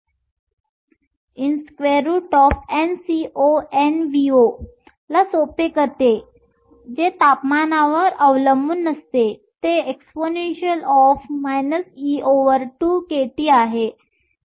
तर हे T32 NcoNvo ला सोपे करते जे तापमानावर अवलंबून नसते ते exp Eg2kT आहे